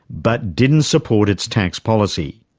but didn't support its tax policy.